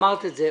אמרת את זה.